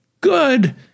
good